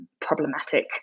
problematic